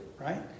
right